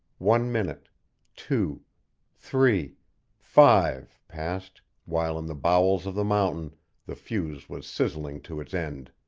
one minute two three five passed, while in the bowels of the mountain the fuse was sizzling to its end.